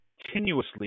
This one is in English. continuously